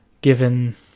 given